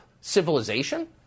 civilization